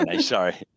Sorry